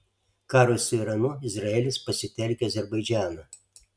karui su iranu izraelis pasitelkia azerbaidžaną